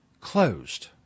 closed